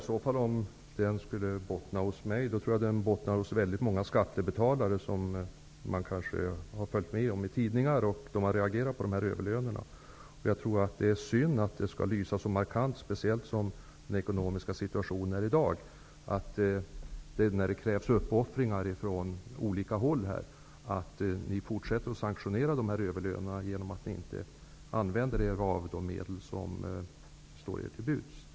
Herr talman! I så fall har väldigt många skattebetalare missuppfattat det hela som följt tidningarna och reagerat på dessa överlöner. Det är synd att det skall lysa så markant -- speciellt som det i den ekonomiska situationen i dag krävs uppoffringar från olika håll -- att ni fortsätter att sanktionera dessa överlöner genom att inte använda de medel som står till buds.